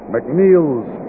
McNeil's